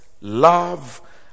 love